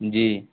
جی